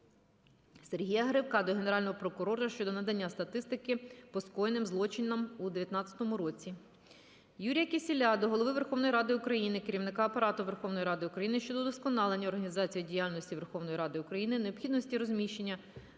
Сергія Гривка до Генерального прокурора щодо надання статистики по скоєним злочинам у 19-му році. Юрія Кісєля до Голови Верховної Ради України, Керівника Апарату Верховної Ради України щодо удосконалення організаційної діяльності Верховної Ради України, необхідності розміщення